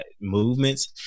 movements